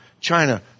China